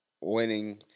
winning